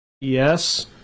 Yes